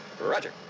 Roger